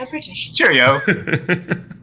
Cheerio